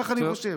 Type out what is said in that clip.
ככה אני חושב.